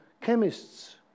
chemists